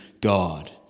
God